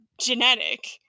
genetic